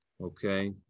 Okay